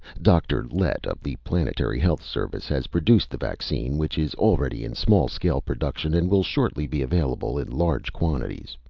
dr. lett, of the planetary health service, has produced the vaccine which is already in small-scale production and will shortly be available in large quantities,